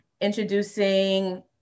introducing